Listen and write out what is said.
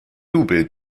double